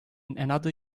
another